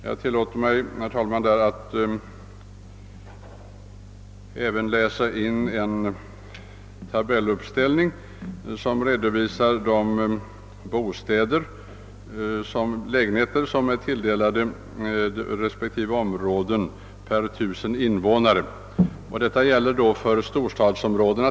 Jag tillåter mig, herr talman, att här läsa in en tabelluppställning med redovisning av antalet lägenheter per 1 000 invånare som tilldelats respektive områden.